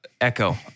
Echo